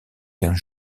quinze